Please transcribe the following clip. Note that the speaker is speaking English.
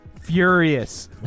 Furious